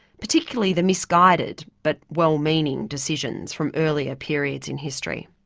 particularly the misguided, but well meaning, decisions from earlier periods in history.